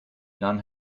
none